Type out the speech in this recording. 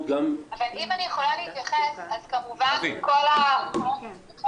אבל אנחנו נאפשר דיון ענייני כבר היום וכבר